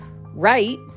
right